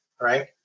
Right